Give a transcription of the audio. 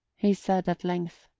he said at length,